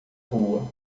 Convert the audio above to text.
rua